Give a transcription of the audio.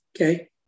Okay